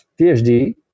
PhD